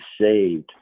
saved